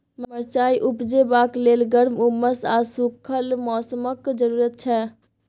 मरचाइ उपजेबाक लेल गर्म, उम्मस आ सुखल मौसमक जरुरत छै